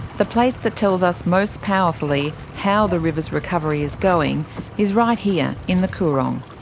the place that tells us most powerfully how the river's recovery is going is right here in the coorong.